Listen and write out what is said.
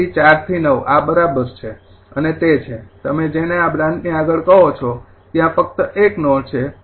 તેથી ૪ થી ૯ આ બરાબર છે અને તે છે તમે જેને આ બ્રાન્ચ ની આગળ કહો છો ત્યાં ફક્ત એક નોડ છે